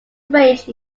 arranged